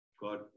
God